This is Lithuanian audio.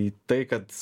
į tai kad